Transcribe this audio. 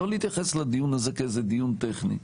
לא להתייחס לדיון הזה כאיזה דיון טכני,